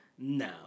No